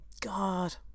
God